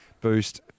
Boost